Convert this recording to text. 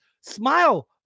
Smile